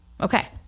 okay